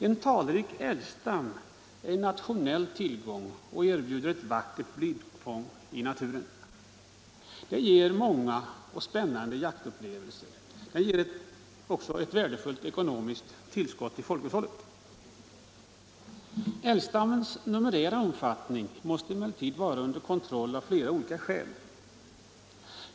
En talrik älgstam är en nationell tillgång och erbjuder ett vackert blickfång i naturen, ger många och spännande jaktupplevelser och utgör ett värdefullt ekonomiskt tillskott till folkhushållet. Älgstammens numerära omfattning måste emellertid vara under kontroll av flera olika skäl.